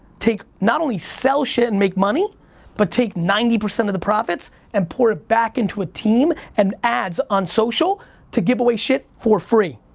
not only sell shit and make money but take ninety percent of the profits and pour it back into a team and ads on social to give away shit for free.